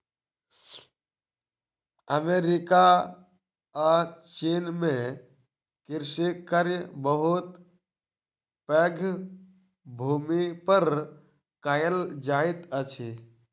America आ चीन में कृषि कार्य बहुत पैघ भूमि पर कएल जाइत अछि